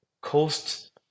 cost